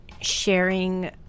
sharing